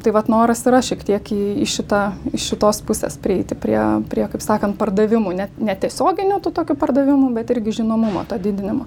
tai vat noras yra šiek tiek į šitą iš šitos pusės prieiti prie prie kaip sakant pardavimų net netiesioginių tų tokių pardavimų bet irgi žinomumo to didinimo